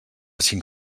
cinc